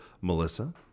Melissa